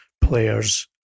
players